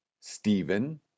Stephen